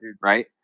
right